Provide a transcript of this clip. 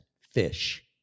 fish